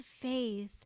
faith